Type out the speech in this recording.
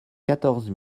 quatorze